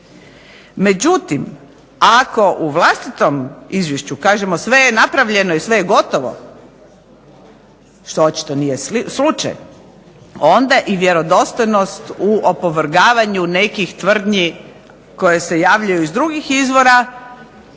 Međutim, ako u vlastitom izvješću kažemo sve je napravljeno i gotovo, što očito nije slučaj onda vjerodostojnost u opovrgavanju nekih tvrtki koje se javljaju iz drugih izvora